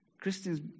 Christians